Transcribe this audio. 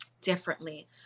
differently